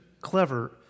clever